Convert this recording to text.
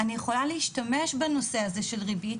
אני יכולה להשתמש בנושא הזה של ריבית,